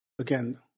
again